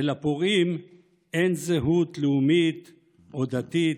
ולפורעים אין זהות לאומית או דתית.